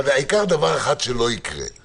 העיקר שלא יקרה דבר אחד,